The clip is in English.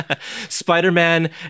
Spider-Man